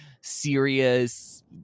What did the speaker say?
serious